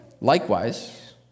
Likewise